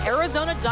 Arizona